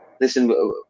listen